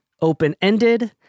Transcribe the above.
open-ended